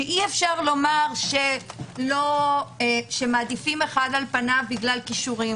שאי אפשר לומר שמעדיפים אחד על פניו של אחר בגלל כישורים,